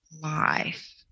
life